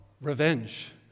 revenge